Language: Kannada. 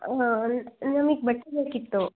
ನಮಿಗೆ ಬಟ್ಟೆ ಬೇಕಿತ್ತು